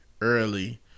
early